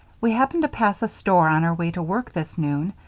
we happened to pass a store, on our way to work this noon,